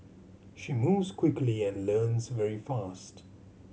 she moves quickly and learns very fast